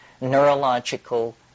neurological